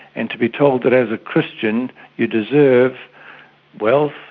and to be told that as a christian you deserve wealth,